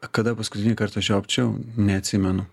kada paskutinį kartą žiopčiojau neatsimenu